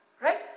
Right